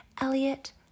Elliot